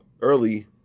early